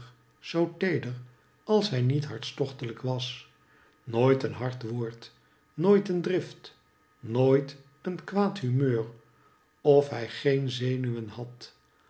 zoo teeder als hij niet hartstochtelijk was nooit een hard woord nooit een drift nooit een kwaad humeur of hij geen zenuwen had